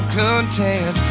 content